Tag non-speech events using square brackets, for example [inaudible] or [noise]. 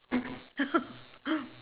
[coughs] [laughs]